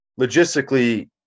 logistically